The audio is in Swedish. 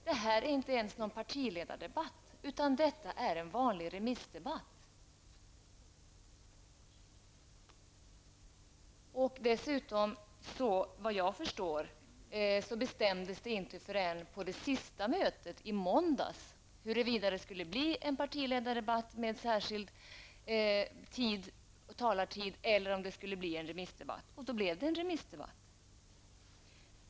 Detta är inte ens någon partiledardebatt, utan det är en vanlig remissdebatt. Dessutom bestämdes det, såvitt jag kan förstå, inte förrän på det sista mötet i måndags huruvida det skulle bli en partiledardebatt med särskilt fastställd taletid eller om det skulle bli en remissdebatt. Det blev en remissdebatt.